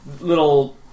little